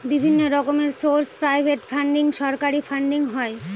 বিভিন্ন রকমের source private funding, সরকারি ফান্ডিং হয়